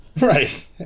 Right